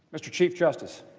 mr. chief justice.